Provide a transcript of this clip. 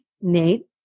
Nate